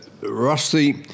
Rusty